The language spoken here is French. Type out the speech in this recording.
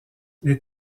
les